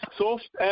soft